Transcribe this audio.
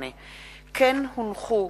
כמו כן הונחו,